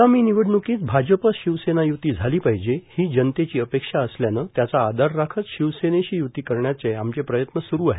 आगामी निवडण्कीत भाजप शिवसेना य्ती झाली पाहिजे ही जनतेची अपेक्षा असल्याने त्याचा आदर राखत शिवसेनेशी य्ती करण्याचे आमचे प्रयत्न स्रू आहेत